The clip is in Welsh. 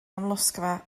amlosgfa